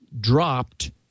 dropped